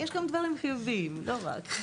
יש גם דברים חיוביים, לא רק אלו.